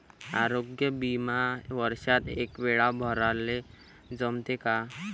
आरोग्य बिमा वर्षात एकवेळा भराले जमते का?